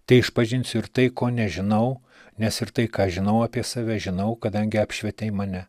teišpažinsiu ir tai ko nežinau nes ir tai ką žinau apie save žinau kadangi apšvietei mane